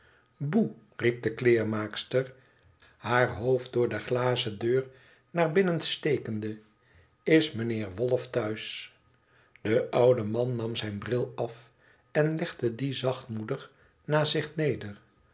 boe riep de kleermaakster haar hoofd door de glazen deur naar binnen stekende is mijnheer wolf thuis de oude man nam zijn bril af en legde dien zachtmoedig naast zich neder